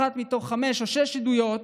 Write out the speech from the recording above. אחת מתוך חמש או שש עדויות,